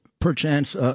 perchance